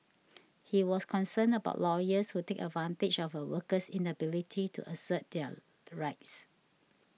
he was concerned about lawyers who take advantage of a worker's inability to assert their rights